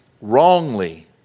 Wrongly